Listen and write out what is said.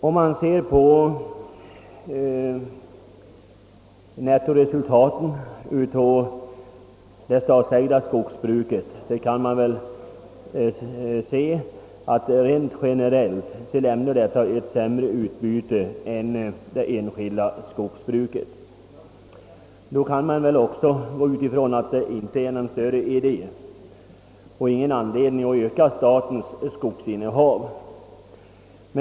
Om man ser på nettoresultatet av det statsägda skogsbruket, kan man säga att detta rent generellt lämnar ett sämre utbyte än det enskilda. Då kan man också utgå ifrån att det inte är någon större idé att öka statens skogsinnehav.